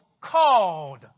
called